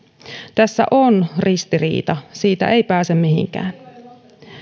tässä on ristiriita siitä ei pääse mihinkään